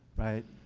right.